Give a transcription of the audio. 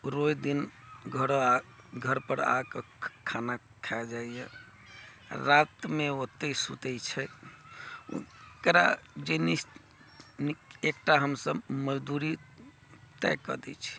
रोज दिन घर पर आके खाना खा जाइया रातिमे ओतै सुतै छै ओकरा जे एकटा हमसब मजदूरी तय कऽ दै छी